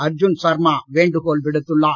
அர்ஜுன் சர்மா வேண்டுகோள் விடுத்துள்ளார்